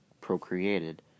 procreated